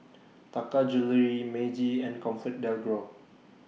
Taka Jewelry Meiji and ComfortDelGro